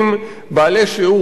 בעלי שיעור קומה,